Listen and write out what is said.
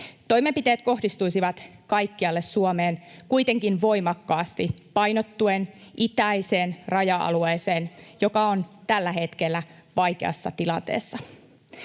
Toimenpiteet kohdistuisivat kaikkialle Suomeen kuitenkin voimakkaasti painottuen itäiseen raja-alueeseen, joka on tällä hetkellä vaikeassa tilanteessa.